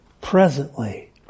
presently